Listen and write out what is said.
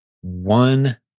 one